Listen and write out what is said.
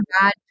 bad